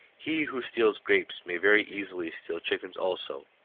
he who steals grapes may very easily steal chickens also.